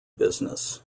business